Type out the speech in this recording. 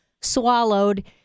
swallowed